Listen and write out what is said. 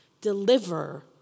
deliver